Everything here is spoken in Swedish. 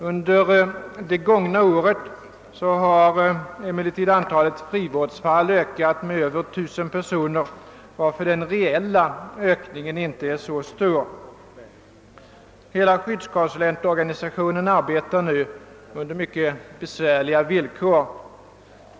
Under det gångna året har emellertid antalet frivårdsfall ökat med över 1000 personer, varför den reella förbättringen inte är så stor. Hela skyddskonsulentorganisationen arbetar under mycket besvärliga villkor.